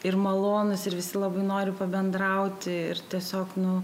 ir malonūs ir visi labai nori pabendrauti ir tiesiog nu